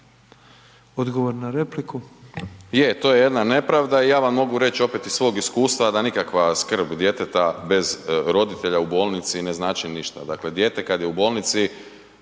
Odgovor na repliku.